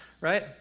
right